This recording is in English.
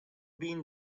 been